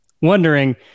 wondering